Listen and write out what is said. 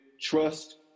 trust